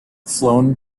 flown